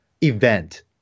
event